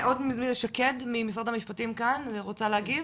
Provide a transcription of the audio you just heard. שקד ממשרד המשפטים כאן ורוצה להגיב?